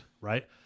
Right